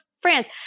France